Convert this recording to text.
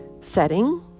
setting